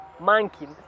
Monkey